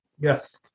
Yes